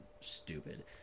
stupid